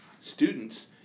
students